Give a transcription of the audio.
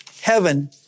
Heaven